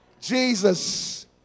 Jesus